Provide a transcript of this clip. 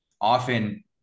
Often